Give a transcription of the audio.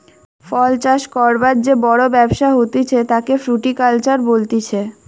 ফল চাষ করবার যে বড় ব্যবসা হতিছে তাকে ফ্রুটিকালচার বলতিছে